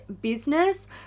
business